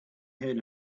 heard